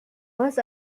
was